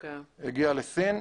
היא הגיעה לסין.